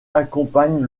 accompagne